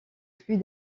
flux